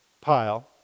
pile